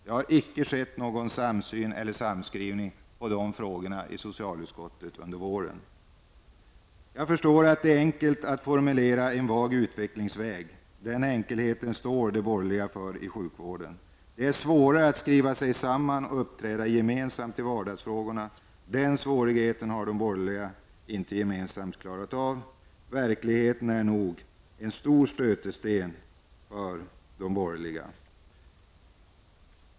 Det har inte varit någon samsyn på dessa frågor i socialutskottet under våren. Jag förstår att det är enkelt att formulera en vag utvecklingsväg. Den enkelheten står de borgerliga för i dag i fråga om sjukvården. Det är svårare att skriva sig samman och uppträda gemensamt i vardagsfrågorna. Den svårigheten har de borgerliga inte gemensamt klarat av. Verkligheten är nog den stora stötestenen för de borgerliga.